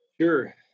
Sure